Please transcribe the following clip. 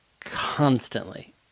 constantly